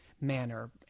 manner